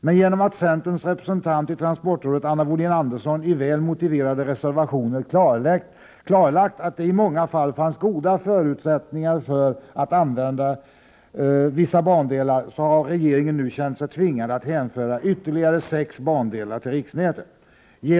Men genom att centerns representant i transportrådet, Anna Wohlin-Andersson, i väl motiverade reservationer klarlagt att det i många fall finns goda förutsättningar för att använda vissa bandelar, har regeringen nu känt sig tvingad att hänföra ytterligare sex bandelar till riksnätet.